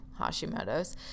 Hashimoto's